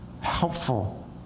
helpful